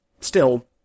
Still